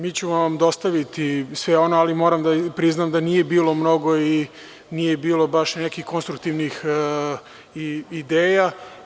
Dostaviću vam sve ono, ali moram da priznam da nije bilo mnogo i nije bilo baš nekih konstruktivnih ideja.